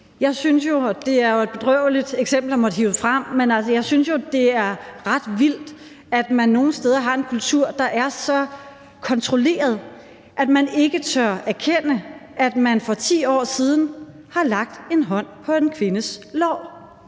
Jeg synes jo, og det er jo et bedrøveligt eksempel at måtte hive frem, at det er ret vildt, at man nogle steder har en kultur, der er så kontrolleret, at man ikke tør erkende, at man for 10 år siden har lagt en hånd på en kvindes lår.